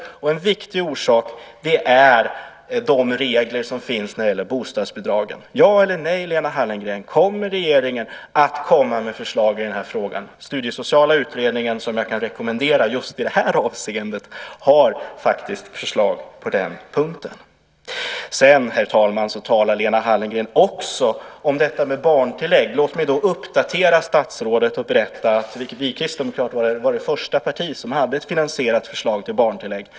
En annan viktig orsak är de regler som finns när det gäller bostadsbidragen. Ja eller nej, Lena Hallengren, kommer regeringen med förslag i den här frågan? Studiesociala utredningen, som jag kan rekommendera just i det här avseendet, har faktiskt förslag på den punkten. Sedan, herr talman, talar Lena Hallengren också om detta med barntillägg. Låt mig då uppdatera statsrådet och berätta att vi kristdemokrater var det första partiet som hade ett finansierat förslag till barntillägg.